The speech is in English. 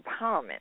empowerment